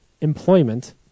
employment